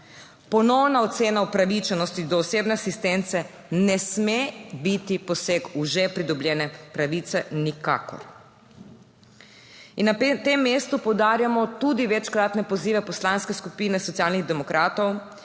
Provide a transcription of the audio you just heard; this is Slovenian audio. Ponovna ocena upravičenosti do osebne asistence ne sme biti poseg v že pridobljene pravice, nikakor. Na tem mestu poudarjamo tudi večkratne pozive Poslanske skupine Socialnih demokratov,